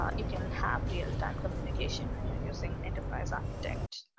um you can have real-time communication when you're using enterprise architect.